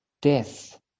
death